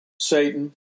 Satan